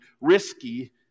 risky